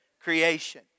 creation